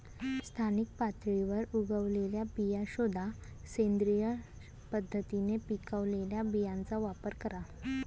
स्थानिक पातळीवर उगवलेल्या बिया शोधा, सेंद्रिय पद्धतीने पिकवलेल्या बियांचा वापर करा